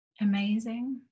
Amazing